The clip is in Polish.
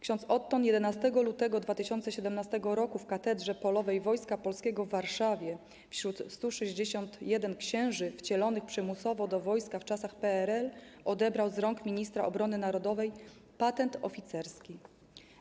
Ks. Otton 11 lutego 2017 r. w Katedrze Polowej Wojska Polskiego w Warszawie wśród 161 księży wcielonych przymusowo do wojska w czasach PRL odebrał z rąk ministra obrony narodowej patent oficerski.